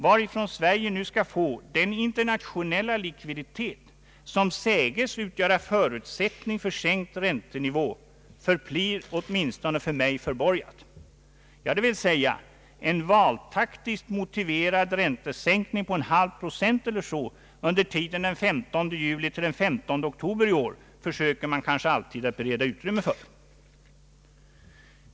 Varifrån Sverige nu skall få den internationella likviditet som säges utgöra förutsättning för sänkt räntenivå förblir åtminstone för mig förborgat. Ja, det vill säga, en valtaktiskt motiverad räntesänkning på en halv procent eller så under tiden den 15 juli till den 15 oktober i år försöker man kanske alltid att bereda utrymme för.